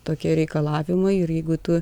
tokie reikalavimai ir jeigu tu